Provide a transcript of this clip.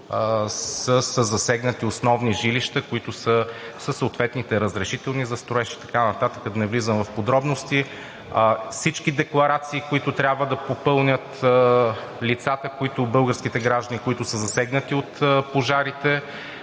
със засегнати основни жилища, които са със съответните разрешителни за строеж и така нататък, да не влизам в подробности. Всички декларации, които трябва да попълнят лицата, които са засегнати от пожарите,